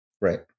Right